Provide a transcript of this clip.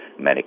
medications